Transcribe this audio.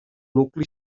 nucli